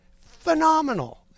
phenomenal